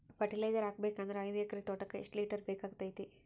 Fertiliser ಹಾಕಬೇಕು ಅಂದ್ರ ಐದು ಎಕರೆ ತೋಟಕ ಎಷ್ಟ ಲೀಟರ್ ಬೇಕಾಗತೈತಿ?